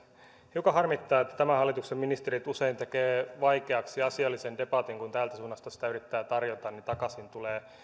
hiukan harmittaa että tämän hallituksen ministerit usein tekevät vaikeaksi asiallisen debatin kun täältä suunnasta sitä yrittää tarjota niin takaisin tulee